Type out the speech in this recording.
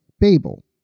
Babel